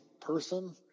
person